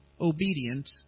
obedient